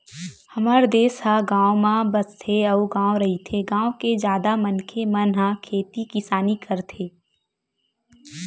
हमर देस ह गाँव म बसथे अउ गॉव रहिथे, गाँव के जादा मनखे मन ह खेती किसानी करथे